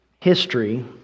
history